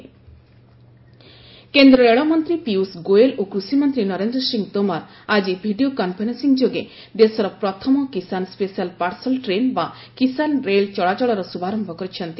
Kisan train କେନ୍ଦ୍ର ରେଳମନ୍ତ୍ରୀ ପୀୟୃଷ ଗୋଏଲ୍ ଓ କୃଷିମନ୍ତ୍ରୀ ନରେନ୍ଦ୍ର ସିଂହ ତୋମାର ଆକି ଭିଡ଼ିଓ କନ୍ଫରେନ୍ସିଂ ଯୋଗେ ଦେଶର ପ୍ରଥମ କିଶାନ୍ ସ୍କେଶିଆଲ୍ ପାର୍ସଲ୍ ଟ୍ରେନ୍ ବା କିଶାନ୍ ରେଲ୍ ଚଳାଚଳର ଶୁଭାରମ୍ଭ କରିଛନ୍ତି